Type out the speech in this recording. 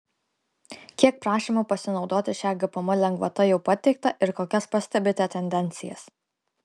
kiek prašymų pasinaudoti šia gpm lengvata jau pateikta ir kokias pastebite tendencijas